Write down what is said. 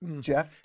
Jeff